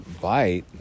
bite